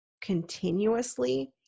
continuously